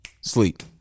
sleep